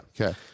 Okay